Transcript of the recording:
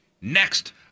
Next